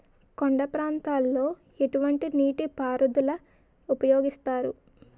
కొండ ప్రాంతాల్లో ఎటువంటి నీటి పారుదల ఉపయోగిస్తారు?